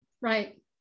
Right